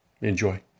enjoy